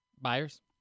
Buyers